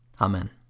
Amen